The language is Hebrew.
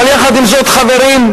אבל יחד עם זאת, חברים,